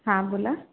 हां बोला